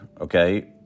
okay